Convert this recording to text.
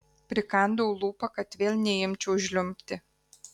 prikandau lūpą kad vėl neimčiau žliumbti